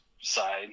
side